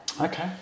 Okay